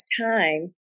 time